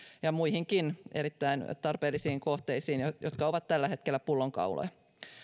ja muihinkin erittäin tarpeellisiin kohteisiin jotka ovat tällä hetkellä pullonkauloja